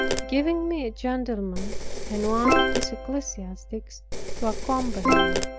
giving me a gentleman and one of his ecclesiastics to accompany me.